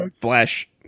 flash